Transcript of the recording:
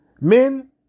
Men